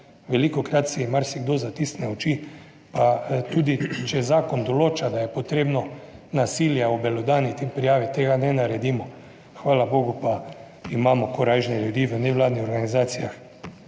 Velikokrat si marsikdo zatisne oči, pa tudi če zakon določa, da je potrebno nasilje obelodaniti in prijaviti, tega ne naredimo. Hvala bogu pa imamo korajžne ljudi v nevladnih organizacijah,